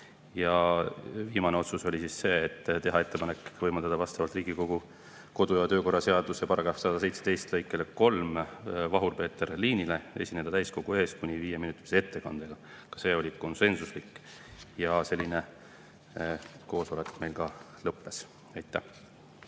Ja viimane otsus oli see, et teha ettepanek võimaldada vastavalt Riigikogu kodu- ja töökorra seaduse § 117 lõikele 3 Vahur-Peeter Liinil esineda täiskogu ees kuni viieminutise ettekandega. Ka see oli konsensuslik. Ja sellega koosolek meil ka lõppes. Aitäh!